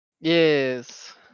Yes